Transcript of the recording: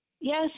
Yes